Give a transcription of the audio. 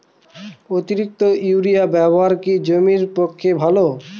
অতিরিক্ত ইউরিয়া ব্যবহার কি জমির পক্ষে ভালো?